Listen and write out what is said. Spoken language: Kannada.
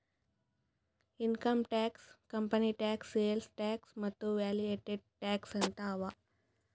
income tax, company tax, sales tax ಮತ್ತ ವ್ಯಾಲೂ ಯಾಡೆಡ್ ಟ್ಯಾಕ್ಸ್ ಅಂತ್ ಅವಾ